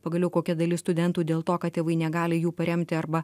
pagaliau kokia dalis studentų dėl to kad tėvai negali jų paremti arba